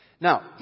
Now